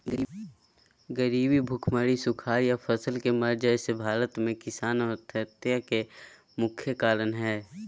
गरीबी, भुखमरी, सुखाड़ या फसल के मर जाय से भारत में किसान आत्महत्या के मुख्य कारण हय